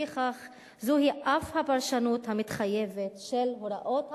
לפיכך זוהי אף הפרשנות המתחייבת של הוראות החוק".